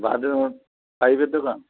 bathroom পাইপের দোকান